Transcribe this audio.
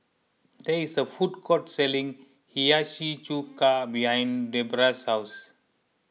there is a food court selling Hiyashi Chuka behind Deborah's house